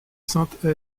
saintes